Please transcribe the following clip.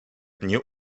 nie